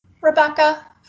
Rebecca